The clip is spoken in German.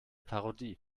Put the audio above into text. parodie